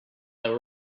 they